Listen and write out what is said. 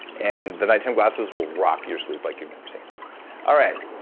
and the nighttime glasses will rock your sleep, like you've never seen all right,